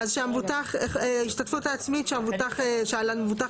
אז ההשתתפות העצמית שעל המבוטח לשאת בה.